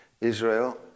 Israel